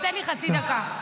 תן לי חצי דקה.